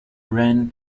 ran